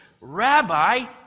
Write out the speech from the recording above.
Rabbi